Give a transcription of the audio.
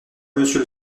monsieur